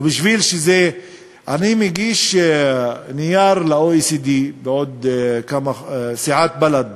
אני מגיש נייר ל-OECD, סיעת בל"ד